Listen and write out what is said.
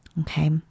okay